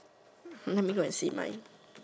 let me go and see my